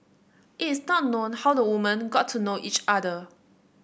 it is not known how the woman got to know each other